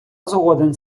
згоден